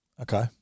Okay